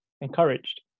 encouraged